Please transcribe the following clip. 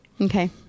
okay